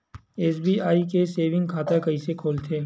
SBI के saving खाता कइसे खोलथे?